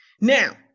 Now